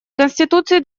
конституции